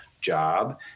job